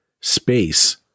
space